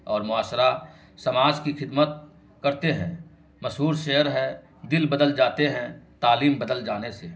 اور معاشرہ سماج کی خدمت کرتے ہیں مشہور شعر ہے دل بدل جاتے ہیں تعلیم بدل جانے سے